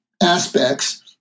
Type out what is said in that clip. aspects